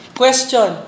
question